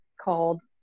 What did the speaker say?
called